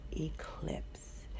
eclipse